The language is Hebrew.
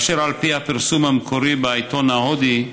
ואילו על פי הפרסום המקורי בעיתון ההודי,